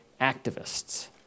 activists